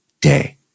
day